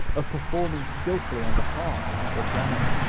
of performing skilfully on the harp or piano,